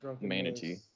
manatee